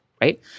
right